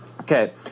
Okay